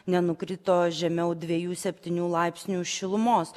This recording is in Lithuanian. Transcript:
nenukrito žemiau dvejų septynių laipsnių šilumos